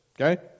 Okay